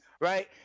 right